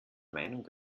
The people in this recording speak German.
meinung